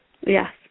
Yes